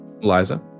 Eliza